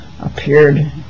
appeared